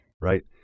Right